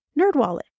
NerdWallet